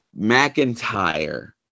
McIntyre